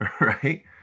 right